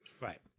Right